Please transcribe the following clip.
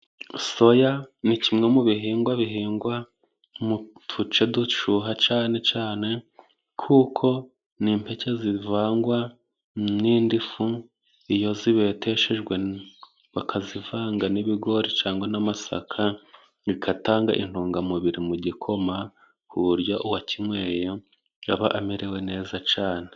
Soya ni kimwe mu bihingwa bihingwa mu duce dushyuha cyane cyane， kuko ni impeke zivangwa n'indi fu， iyo zibeteshejwe bakazivanga n'ibigori cyangwa n'amasaka，bitanga intungamubiri mu gikoma，ku buryo uwakinyweye，aba amerewe neza cyane.